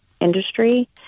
industry